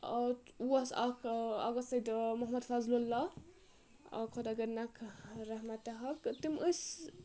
اوس اکھ آگاہ سٔیِد محمد فاضلہ اَکھ کھۄتہٕ اگر نَکھ رحمتح تِم ٲسۍ